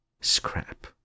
scrap